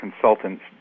consultants